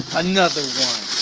another one,